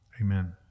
Amen